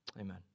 Amen